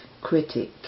critic